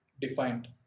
defined